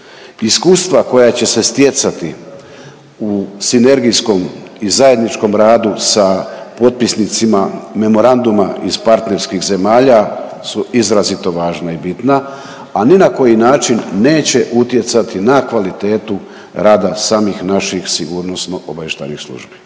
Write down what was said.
Iskustva koja će se stjecati u sinergijskom i zajedničkom radu sa potpisnicima memoranduma iz partnerskih zemalja su izrazito važna i bitna, a ni na koji način neće utjecati na kvalitetu rada samih naših sigurnosno-obavještajnih službi.